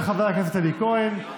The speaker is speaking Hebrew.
של חבר הכנסת אלי כהן,